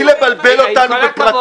אבל הוא צודק.